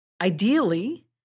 ideally